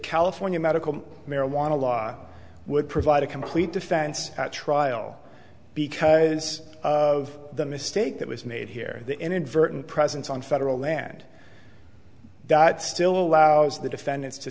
california medical marijuana law would provide a complete defense at trial because of the mistake that was made here the inadvertent presence on federal land that still allows the defendants to